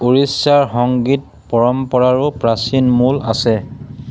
ওড়িশাৰ সংগীত পৰম্পৰাৰো প্ৰাচীন মূল আছে